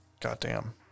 Goddamn